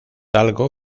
algo